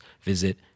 visit